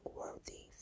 worthy